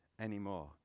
anymore